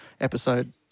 episode